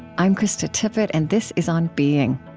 i'm krista tippett, and this is on being